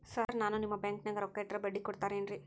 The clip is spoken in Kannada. ಸರ್ ನಾನು ನಿಮ್ಮ ಬ್ಯಾಂಕನಾಗ ರೊಕ್ಕ ಇಟ್ಟರ ಬಡ್ಡಿ ಕೊಡತೇರೇನ್ರಿ?